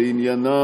בעניינה